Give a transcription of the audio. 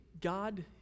God